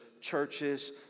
churches